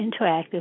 interactive